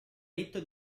ritto